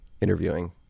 interviewing